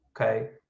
okay